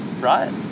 right